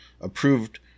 approved